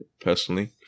personally